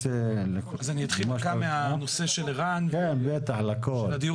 אתחיל בנושא של הדיור